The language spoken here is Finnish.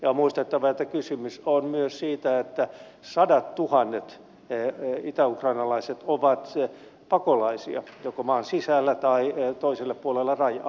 on muistettava että kysymys on myös siitä että sadattuhannet itäukrainalaiset ovat pakolaisia joko maan sisällä tai toisella puolella rajaa